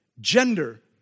Gender